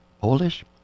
Polish